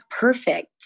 perfect